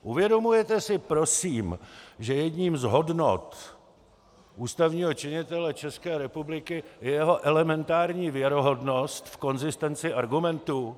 Uvědomujete si prosím, že jednou z hodnot ústavního činitele České republiky je jeho elementární věrohodnost v konzistenci argumentů?